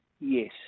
yes